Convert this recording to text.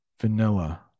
vanilla